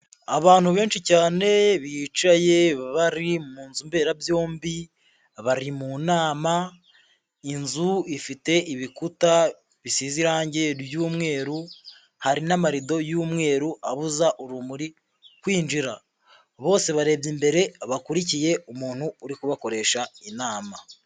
Abantu benshi cyane bicaye bari mu nzu mberabyombi bari mu nama, inzu ifite ibikuta bisize irange ry'umweru, hari n'amarido y'umweru abuza urumuri kwinjira. Bose barebye imbere bakurikiye umuntu uri kubakoresha inama.